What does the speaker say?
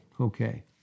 okay